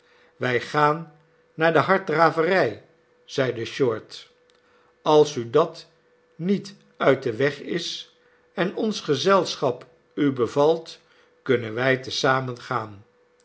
wij gaan naar de harddraverij zeide short als u dat niet uit den weg is en ons gezelschap u bevalt kunnen wij te